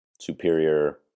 superior